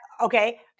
okay